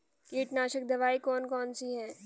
कीटनाशक दवाई कौन कौन सी हैं?